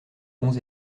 bons